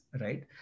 right